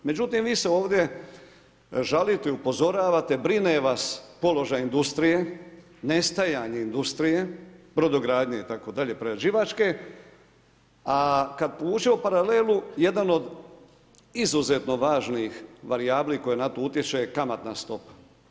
Međutim, vi se ovdje žalite, upozoravate, brine vas položaj industrije, nestajanje industrije, brodogradnje, prerađivačke itd., a kad povučemo paralelu, jedan od izuzetno važnih varijabli koje na to utječu je kamatna stopa.